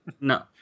No